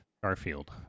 Garfield